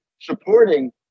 supporting